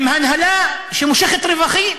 עם הנהלה שמושכת רווחים.